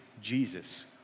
Jesus